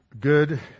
good